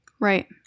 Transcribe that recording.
Right